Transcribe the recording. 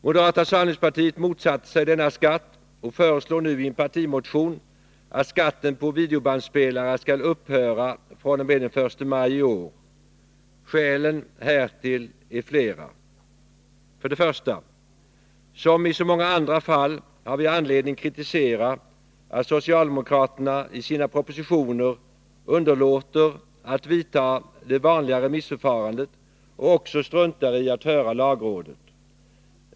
Moderata samlingspartiet motsatte sig denna skatt och föreslår nu i en partimotion att skatt på videobandspelare skall upphöra fr.o.m. den 1 maj i år. Skälen härtill är flera: 1. Som i så många andra fall har vi anledning att kritisera att socialdemokraterna i sina propositioner underlåter att vidta det vanliga remissförfarandet och även struntar i att höra lagrådet.